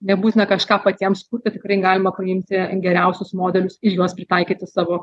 nebūtina kažką patiems kurti tikrai galima paimti geriausius modelius ir juos pritaikyti savo